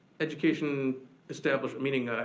education established, meaning,